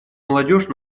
молодежь